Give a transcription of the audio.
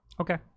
Okay